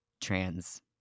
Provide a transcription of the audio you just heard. trans